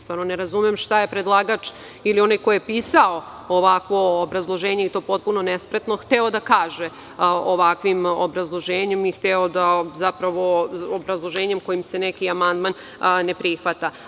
Stvarno ne razumem šta je predlagač ili onaj koji je pisao ovakvo obrazloženje i to potpuno nespretno, hteo da kaže ovakvim obrazloženjem i obrazloženjem kojim se neki amandman ne prihvata.